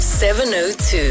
702